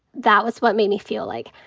that was what made me feel like,